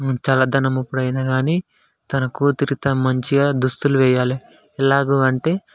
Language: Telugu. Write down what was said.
చల్లదనం అప్పుడైనా కానీ తన కూతురిత మంచిగా దుస్తులు వేయాలి ఎలాగ అంటే